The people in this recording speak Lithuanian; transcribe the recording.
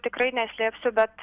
tikrai neslėpsiu bet